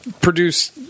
produce